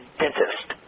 dentist